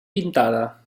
pintada